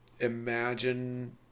imagine